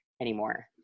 anymore